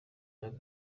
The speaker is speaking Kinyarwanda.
myaka